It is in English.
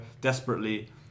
desperately